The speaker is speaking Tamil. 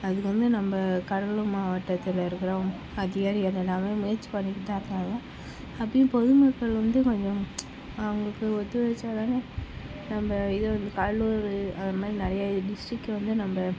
அதுக்கு வந்து நம்ம கடலூர் மாவட்டத்தில் இருக்கிறவங்க அதிகாரிகள் எல்லாமே முயற்சி பண்ணிகிட்டுதான் இருக்காங்க அப்பவும் பொது மக்கள் வந்து கொஞ்சம் அவங்களுக்கு ஒத்துழைச்சாதான நம்ம இது வந்து கடலூர் அந்த மாதிரி நிறைய சீக்கிரமே நம்ம